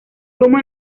como